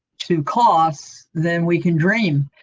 to costs then we can dream,